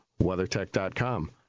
WeatherTech.com